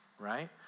right